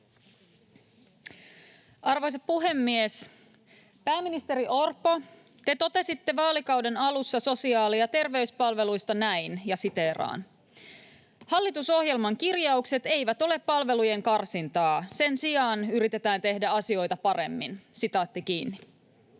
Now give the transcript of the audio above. Arvoisa puhemies! Pääministeri Orpo, te totesitte vaalikauden alussa sosiaali- ja terveyspalveluista näin: ”Hallitusohjelman kirjaukset eivät ole palvelujen karsintaa. Sen sijaan yritetään tehdä asioita paremmin.” Katsotaanpa ihan